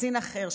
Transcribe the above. קצין אחר,